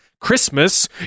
Christmas